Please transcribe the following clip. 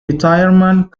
retirement